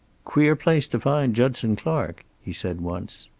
queer place to find judson clark, he said once.